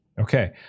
okay